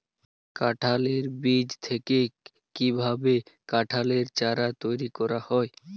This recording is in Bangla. কাঁঠালের বীজ থেকে কীভাবে কাঁঠালের চারা তৈরি করা হয়?